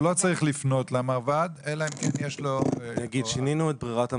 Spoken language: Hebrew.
לא צריך לפנות למרב"ד אלא אם כן יש לו --- שינינו את ברירת המחדל,